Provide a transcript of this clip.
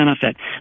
benefit